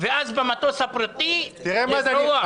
ואז במטוס הפרטי לברוח.